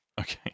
Okay